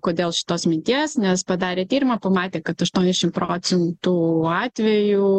kodėl šitos minties nes padarė tyrimą pamatė kad aštuoniasdešim procentų atvejų